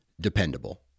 dependable